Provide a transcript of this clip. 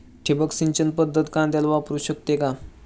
ठिबक सिंचन पद्धत कांद्याला वापरू शकते का?